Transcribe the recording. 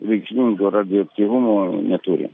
reikšmingo radioaktyvumo neturi